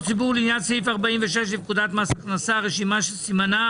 ציבור לעניין סעיף 46 לפקודת מס הכנסה (רשימה שסימנה